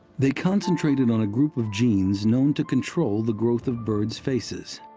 they concentrated on a group of genes known to control the growth of birds' faces.